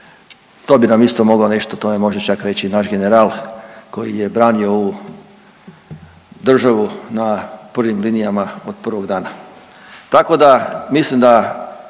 To bi nam isto mogao nešto o tome možda čak reći naš general, koji je branio ovu državu na prvim linijama od prvog dana,